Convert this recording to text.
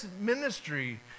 ministry